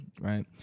right